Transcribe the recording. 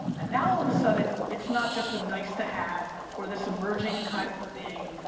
and now all of a sudden it's not just a nice to have, or this emerging kind of thing,